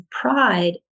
pride